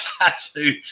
tattoo